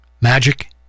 Magic